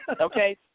Okay